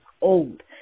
old